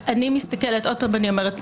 עוד פעם אני אומרת,